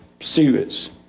series